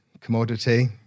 commodity